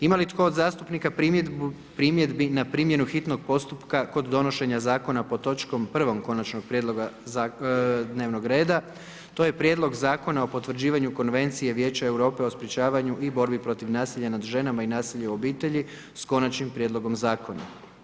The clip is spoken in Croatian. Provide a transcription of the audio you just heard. Ima li tko od zastupnika primjedbi na primjenu hitnog postupka kod donošenja zakona pod točkama 1. konačnog prijedloga dnevnog reda, to je Prijedlog Zakona o potvrđivanju Konvencije Vijeća Europe o sprečavanju i borbi protiv nasilja nad ženama i nasilja u obitelji s konačnim prijedlogom zakona?